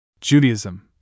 Judaism